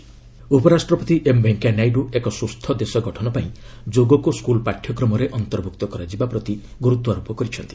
vice president ଯୋଗ ଉପରାଷ୍ଟ୍ରପତି M Venkaiah Naidu ଏକ ସୁସ୍ଥ ଦେଶ ଗଠନପାଇଁ ଯୋଗକୁ ସ୍କୁଲ୍ ପାଠ୍ୟକ୍ରମରେ ଅନ୍ତର୍ଭୁକ୍ତ କରାଯିବା ପ୍ରତି ଗୁରୁତ୍ୱ ଆରୋପ କରିଛନ୍ତି